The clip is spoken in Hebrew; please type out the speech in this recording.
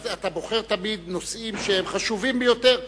אתה בוחר תמיד נושאים שהם חשובים ביותר,